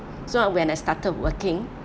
so I when I started working